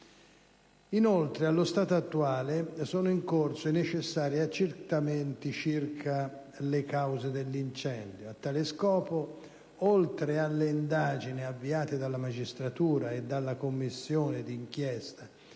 Inoltre, allo stato attuale, sono in corso i necessari accertamenti circa le cause dell'incendio. A tale scopo, oltre alle indagini avviate dalla magistratura e dalla commissione d'inchiesta